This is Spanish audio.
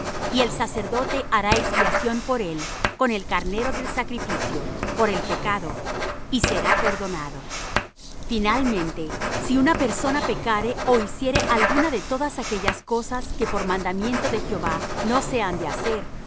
y el sacerdote hará expiación por él con el carnero del sacrificio por el pecado y será perdonado finalmente si una persona pecare ó hiciere alguna de todas aquellas cosas que por mandamiento de jehová no se han de hacer